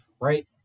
right